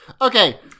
Okay